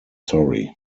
sorry